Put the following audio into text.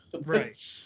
Right